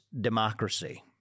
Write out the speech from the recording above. democracy